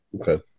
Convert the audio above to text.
Okay